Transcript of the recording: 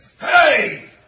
Hey